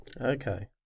okay